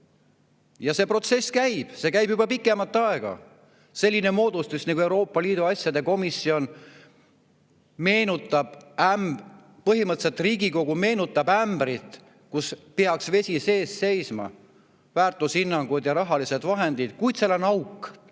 Ja see protsess käib, see käib juba pikemat aega. Selline moodustis nagu Euroopa Liidu asjade komisjon. Põhimõtteliselt Riigikogu meenutab ämbrit, kus peaks vesi sees seisma – väärtushinnangud ja rahalised vahendid –, kuid seal on auk